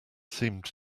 seemed